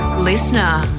Listener